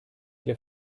der